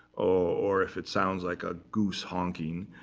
or if it sounds like a goose honking.